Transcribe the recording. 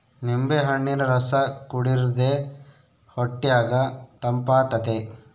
ನಿಂಬೆಹಣ್ಣಿನ ರಸ ಕುಡಿರ್ದೆ ಹೊಟ್ಯಗ ತಂಪಾತತೆ